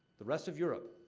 the rest of europe.